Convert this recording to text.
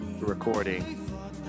recording